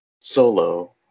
solo